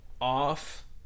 off